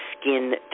skin